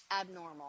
abnormal